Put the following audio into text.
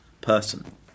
person